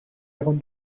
egon